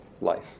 life